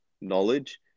knowledge